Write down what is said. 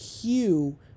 hue